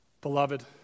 Beloved